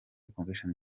convention